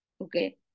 Okay